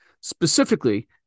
Specifically